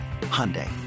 Hyundai